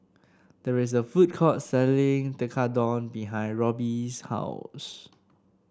there's a food court selling Tekkadon behind Robby's house